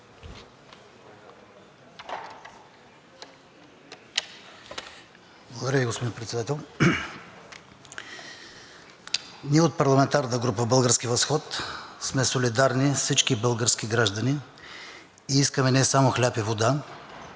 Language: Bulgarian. Благодаря Ви, господин Председател. Ние от парламентарната група на „Български възход“ сме солидарни с всички български граждани и искаме не само хляб и вода,